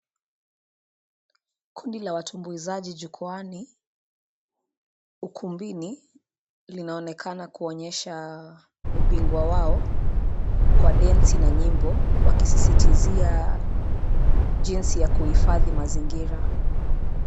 Kundi la watumbuizaji jukwaani ukumbini, linaonekana kuonyesha ubingwa wao kwa densi na nyimbo wakisisitizia jinsi ya kuhifadhi mazingira.